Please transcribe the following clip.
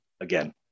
again